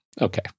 Okay